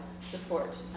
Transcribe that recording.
support